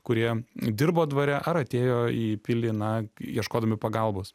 kurie dirbo dvare ar atėjo į pilį na ieškodami pagalbos